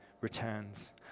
returns